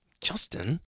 Justin